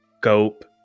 scope